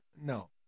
no